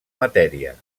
matèria